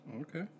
Okay